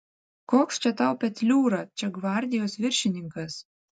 koks čia tau petliūra čia gvardijos viršininkas